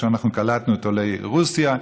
כשאנחנו קלטנו את עולי רוסיה.